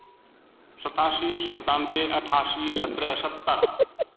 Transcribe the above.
सतासी सन्तानबे अठासी सतरह सत्तर